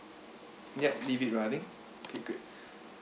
ya leave it running keep it